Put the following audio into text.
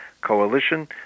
coalition